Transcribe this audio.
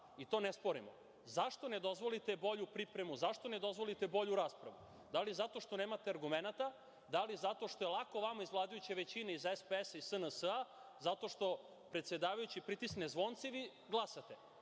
i to ne sporimo. Zašto ne dozvolite bolju pripremu? Zašto ne dozvolite bolju raspravu? Da li zato što nemate argumenata? Da li zato što je lako vama iz vladajuće većine, iz SPS-a i SNS-a, zato što predsedavajući pritisne zvonce i vi glasate?